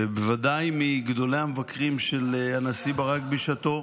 בוודאי מגדולי המבקרים של הנשיא ברק בשעתו,